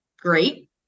Great